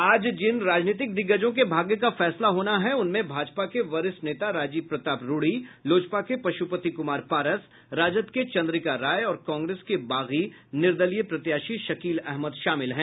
आज जिन राजनीतिक दिग्गजों के भाग्य का फैसला होना है उनमें भाजपा के वरिष्ठ नेता राजीव प्रताप रूडी लोजपा के पशुपति कुमार पारस राजद के चंद्रिका राय और कांग्रेस के बागी निर्दलीय प्रत्याशी शकील अहमद शामिल हैं